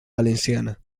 valenciana